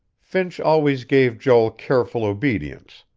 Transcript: finch always gave joel careful obedience,